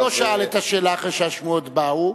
הוא לא שאל את השאלה אחרי שהשמועות באו,